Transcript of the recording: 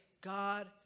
God